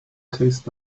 tastes